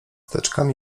teczkami